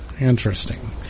Interesting